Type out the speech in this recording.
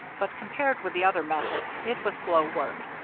but compared with the other method, it was slow work,